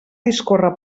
discórrer